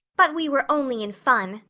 but we were only in fun,